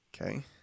Okay